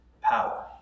power